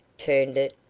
turned it,